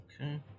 Okay